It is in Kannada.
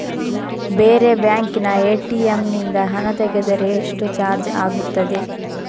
ಬೇರೆ ಬ್ಯಾಂಕಿನ ಎ.ಟಿ.ಎಂ ನಿಂದ ಹಣ ತೆಗೆದರೆ ಎಷ್ಟು ಚಾರ್ಜ್ ಆಗುತ್ತದೆ?